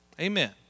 Amen